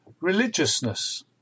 Religiousness